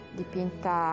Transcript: dipinta